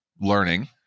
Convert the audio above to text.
learning